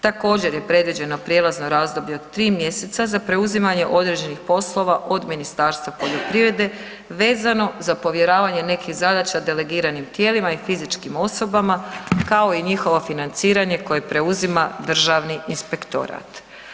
Također je predviđeno prijelazno razdoblje od 3 mj. za preuzimanje određenih poslova od Ministarstva poljoprivrede vezano za povjeravanje nekih zadaća delegiranim tijelima i fizičkim osobama kao i njihovo financiranje koje preuzima Državni inspektorat.